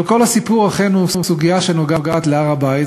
אבל כל הסיפור הוא אכן סוגיה שנוגעת בהר-הבית,